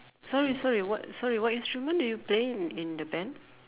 sorry sorry what sorry what instrument do you play in in the band